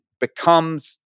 becomes